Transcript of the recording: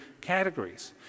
categories